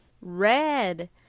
red